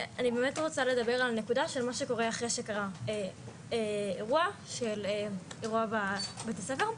אני באמת רוצה לדבר על הנקודה של מה שקורה אחרי שקרה אירוע בבית הספר.